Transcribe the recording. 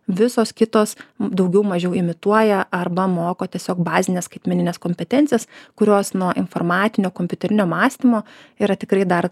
visos kitos daugiau mažiau imituoja arba moko tiesiog bazines skaitmenines kompetencijas kurios nuo informacinio kompiuterinio mąstymo yra tikrai dar